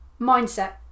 mindset